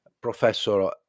Professor